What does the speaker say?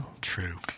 True